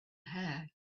hair